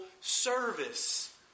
service